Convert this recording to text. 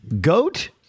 GOAT